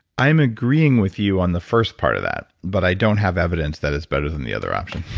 i'm agreeing with you on the first part of that, but i don't have evidence that it's better than the other option